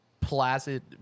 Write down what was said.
placid